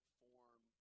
form